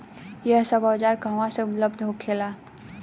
यह सब औजार कहवा से उपलब्ध होखेला?